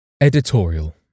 Editorial